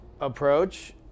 approach